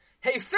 Hey